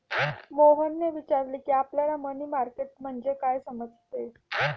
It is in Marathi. मोहनने विचारले की, आपल्याला मनी मार्केट म्हणजे काय समजते?